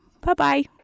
bye-bye